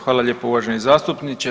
Hvala lijepo uvaženi zastupniče.